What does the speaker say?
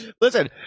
Listen